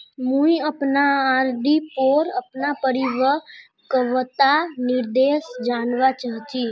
मुई अपना आर.डी पोर अपना परिपक्वता निर्देश जानवा चहची